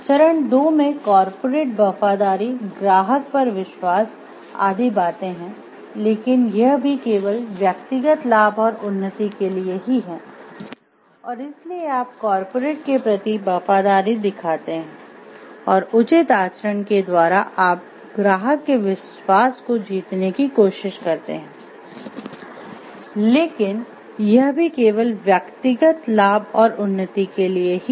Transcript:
चरण दो में कॉर्पोरेट वफादारी ग्राहक पर विश्वास आदि बातें है लेकिन यह भी केवल व्यक्तिगत लाभ और उन्नति के लिए ही हैं और इसलिए आप कॉर्पोरेट के प्रति वफादारी दिखाते हैं और उचित आचरण के द्वारा आप ग्राहक के विश्वास को जीतने की कोशिश करते हैं लेकिन यह भी केवल व्यक्तिगत लाभ और उन्नति के लिए ही है